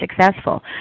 successful